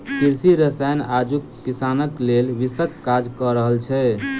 कृषि रसायन आजुक किसानक लेल विषक काज क रहल छै